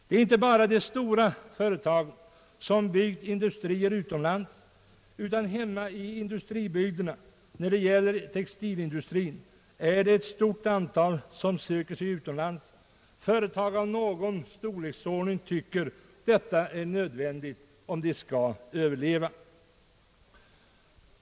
Det är inte bara de stora företagen som byggt industrier utomlands, utan hemma i industribygderna när det gäller textilindustrin är det ett stort antal som söker sig utomlands. Företag som är något så när stora tycker detta är nödvändigt om de skall överleva.